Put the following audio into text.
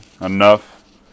enough